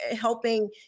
helping